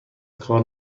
کار